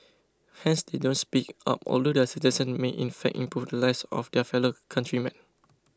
hence they don't speak up although their suggestions may in fact improve the lives of their fellow countrymen